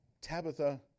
Tabitha